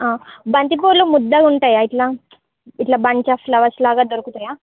ఆ బంతిపూలు ముద్దగా ఉంటాయా ఇట్లా ఇట్లా బంచ్ ఆఫ్ ఫ్లవర్స్ లాగా దొరుకుతాయా